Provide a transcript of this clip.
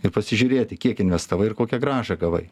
ir pasižiūrėti kiek investavai ir kokią grąžą gavai